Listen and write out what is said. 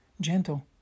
gentle